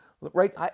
right